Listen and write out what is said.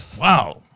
Wow